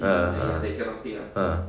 a'ah ah ah